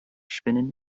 spinnen